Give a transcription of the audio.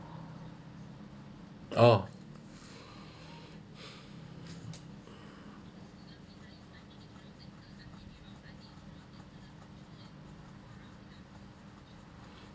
oh